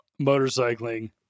motorcycling